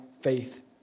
faith